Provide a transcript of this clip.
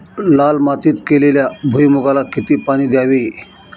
लाल मातीत केलेल्या भुईमूगाला किती पाणी द्यावे?